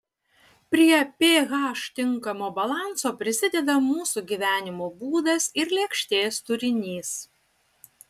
prie ph tinkamo balanso prisideda mūsų gyvenimo būdas ir lėkštės turinys